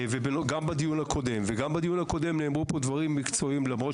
וגם בדיון הקודם נאמרו דברים מקצועיים למרות